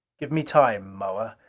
give me time, moa.